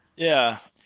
yeah.